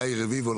יאיר רביבו,